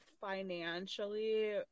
financially